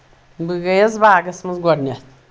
بہٕ گٔیَس باغَس منٛز گۄڈنؠتھ